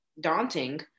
daunting